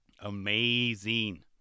Amazing